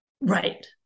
Right